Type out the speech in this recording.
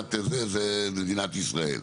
מבחינת מדינת ישראל.